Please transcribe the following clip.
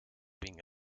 being